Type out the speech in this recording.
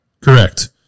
Correct